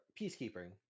Peacekeeping